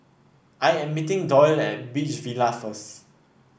I am meeting Doyle at Beach Villas first